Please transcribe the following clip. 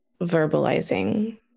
verbalizing